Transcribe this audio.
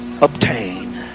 obtain